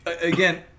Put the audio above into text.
again